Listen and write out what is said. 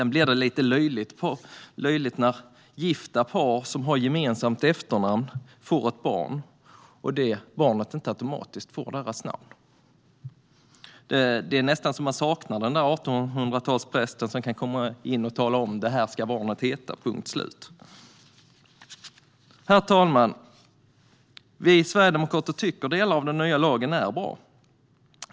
Det blir också lite löjligt att barn till gifta par med gemensamt efternamn inte automatiskt får det efternamnet. Det är nästan så att man saknar den där 1800-talsprästen som talade om vad barnet skulle heta, punkt slut. Herr talman! Vi sverigedemokrater tycker att delar av den nya lagen är bra.